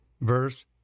verse